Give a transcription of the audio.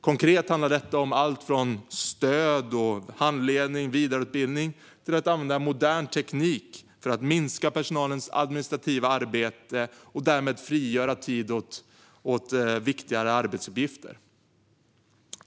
Konkret handlar detta om allt från stöd, handledning och vidareutbildning till att använda modern teknik för att minska personalens administrativa arbete och därmed frigöra tid för viktigare arbetsuppgifter.